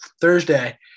thursday